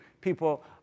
people